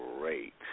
great